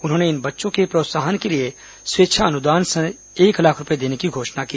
उन्होंने इन बच्चों के प्रोत्साहन के लिए स्वेच्छानुदान से एक लाख रूपये देने की घोषणा की